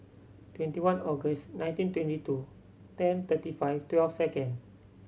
twenty one August nineteen twenty two ten thirty five twelve second